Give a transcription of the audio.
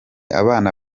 abana